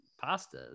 pasta